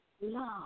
Love